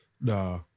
Nah